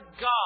God